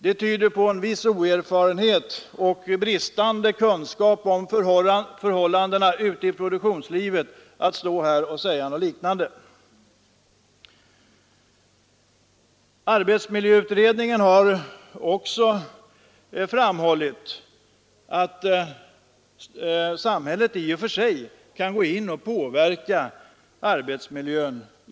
Det tyder på en viss oerfarenhet och bristande kunskap om förhållandena i produktionslivet när man står här och säger någonting sådant. Arbetsmiljöutredningen har också framhållit att samhället i och för sig i vissa situationer kan gå in och påverka arbetsmiljön.